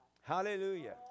Hallelujah